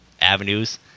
avenues